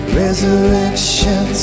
resurrection